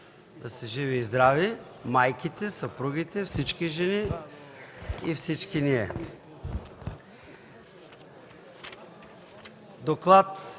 Да са живи и здрави майките, съпругите, всички жени и всички ние! „Доклад